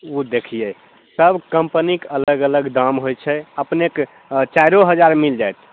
ओ देखिए सब कंपनीके अलग अलग दाम होइ छै अपनेके चाइरो हजार मे मिल जायत